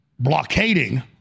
blockading